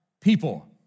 people